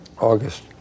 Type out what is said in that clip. August